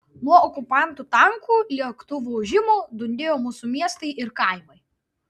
nuo okupantų tankų lėktuvų ūžimo dundėjo mūsų miestai ir kaimai